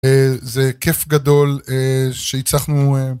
זה כיף גדול שהצלחנו